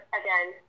again